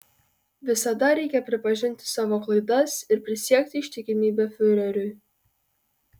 visada reikia pripažinti savo klaidas ir prisiekti ištikimybę fiureriui